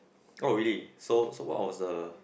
oh really so so what was a